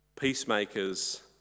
peacemakers